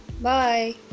bye